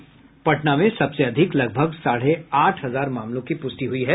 वहीं पटना में सबसे अधिक लगभग साढ़े आठ हजार मामलों की पुष्टि हुई है